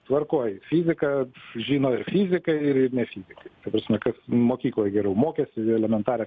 tvarkoj fizika žino ir fizikai ir ir ne fizikai ta prasme kas mokykloj geriau mokėsi elementarią